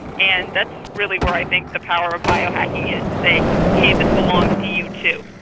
and that's really where i think the power of biohacking is, to say, hey, this belongs to you too.